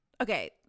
okay